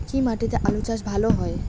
কি মাটিতে আলু চাষ ভালো হয়?